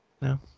No